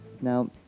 Now